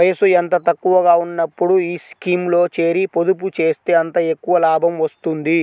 వయసు ఎంత తక్కువగా ఉన్నప్పుడు ఈ స్కీమ్లో చేరి, పొదుపు చేస్తే అంత ఎక్కువ లాభం వస్తుంది